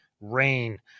rain